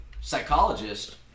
psychologist